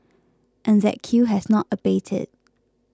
and that queue has not abated